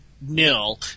nil